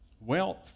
Wealth